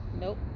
Nope